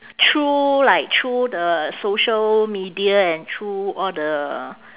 through like through the social media and through all the